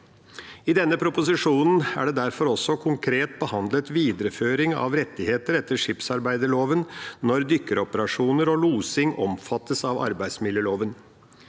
I denne proposisjonen er det derfor også konkret behandlet videreføring av rettigheter etter skipsarbeidsloven når dykkeoperasjoner og losing omfattes av arbeidsmiljøloven.